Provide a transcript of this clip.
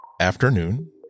afternoon